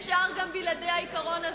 אפשר גם בלי העיקרון הזה.